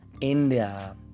India